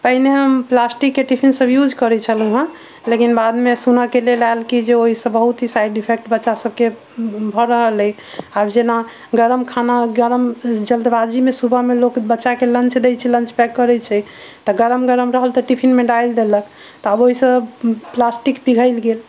पहिने हम प्लास्टिकके टिफिन सब यूज करै छलहुँ हँ लेकिन बादमे सुनैके लेल आयल कि जे ओहिसँ बहुत ही साइड इफेक्ट बच्चा सबके भऽ रहल अइ आब जेना गरम खाना गरम जल्दबाजीमे सुबहमे लोक बच्चाके लंच दै छै लंच पैक करै छै तऽ गरम गरम रहल तऽ टिफिनमे डालि देलक तऽ आब ओहिसँ प्लास्टिक पिघलि गेल